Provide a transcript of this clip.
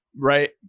Right